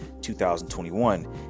2021